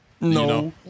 No